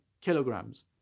kilograms